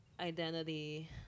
identity